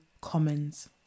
commons